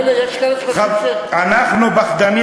כי יש כאלה שחושבים, אנחנו פחדנים.